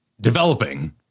developing